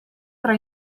tra